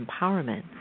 empowerment